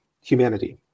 humanity